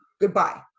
goodbye